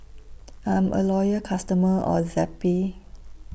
I'm A Loyal customer of Zappy